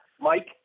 Mike